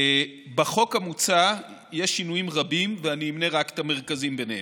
בחוק המוצע יש שינויים רבים ואני אמנה רק את המרכזיים שבהם: